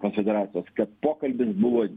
konfederacijos kad pokalbis buvo